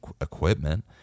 equipment